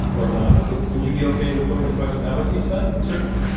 or not. would would you be okay with putting the question that way to each side? certainly.